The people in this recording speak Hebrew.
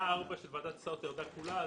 4 של ועדת הסעות ירדה כולה.